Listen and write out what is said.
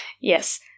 yes